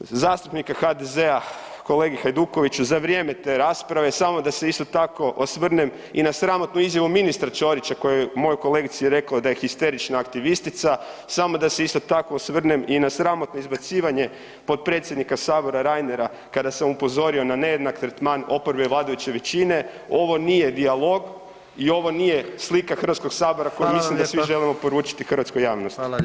zastupnika HDZ-a kolegi Hajdukoviću za vrijeme te rasprave, samo da se isto tako osvrnem i na sramotnu izjavu ministra Ćorića koji je mojoj kolegici rekao da je histerična aktivistica, samo da se isto tako osvrnem i na sramotno izbacivanje potpredsjednika Sabora Reinera kada sam upozorio na nejednak tretman oporbe i vladajuće većine, ovo nije dijalog i ovo nije slika HS-a koju [[Upadica: Hvala vam lijepa.]] mislim da svi želimo poručiti hrvatskoj javnosti.